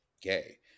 gay